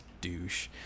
douche